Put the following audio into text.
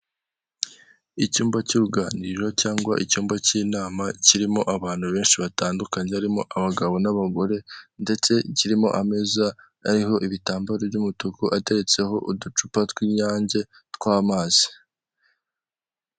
Icyumba cy'uruganiriro cyangwa icyumba cy'inama kirimo abantu benshi batandukanye harimo abagabo n'abagore, ndetse kirimo ameza ariho ibitambaro by'umutuku ateretseho uducupa tw'inyange tw'amazi.